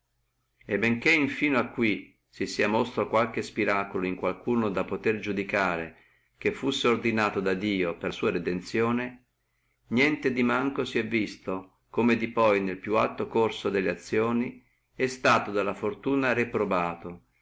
e benché fino a qui si sia mostro qualche spiraculo in qualcuno da potere iudicare che fussi ordinato da dio per sua redenzione tamen si è visto da poi come nel più alto corso delle azioni sua è stato dalla fortuna reprobato